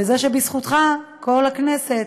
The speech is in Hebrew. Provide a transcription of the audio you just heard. על כך שבזכותך כל הכנסת,